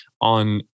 on